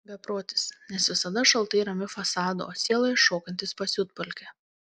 beprotis nes visada šaltai ramiu fasadu o sieloje šokantis pasiutpolkę